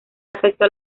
afecto